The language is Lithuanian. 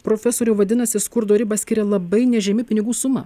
profesoriau vadinasi skurdo ribą skiria labai nežymi pinigų suma